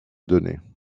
données